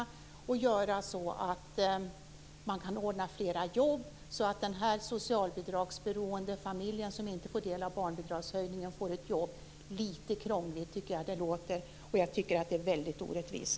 De skall göra så att man kan ordna fler jobb så att någon i den socialbidragsberoende familj som inte får del av barnbidragshöjningen får ett jobb. Litet krångligt tycker jag nog att det låter. Och jag tycker att det är väldigt orättvist.